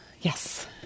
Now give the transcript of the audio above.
Yes